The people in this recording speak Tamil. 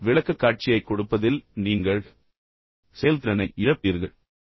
விளக்கக்காட்சியைக் கொடுப்பதில் நீங்கள் செயல்திறனை இழப்பீர்கள்